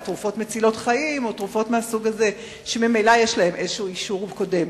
תרופות מצילות חיים או תרופות מהסוג הזה שממילא יש להם איזה אישור קודם.